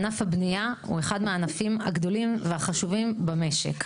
ענף הבנייה הוא אחד הענפים הגדולים והחשובים במשק.